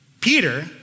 Peter